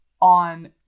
on